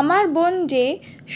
আমার বোন যে